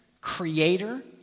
creator